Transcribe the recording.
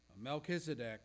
Melchizedek